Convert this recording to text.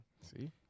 See